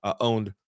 owned